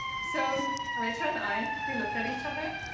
so rachel and i, we looked at each other,